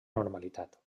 normalitat